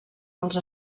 els